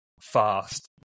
fast